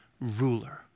ruler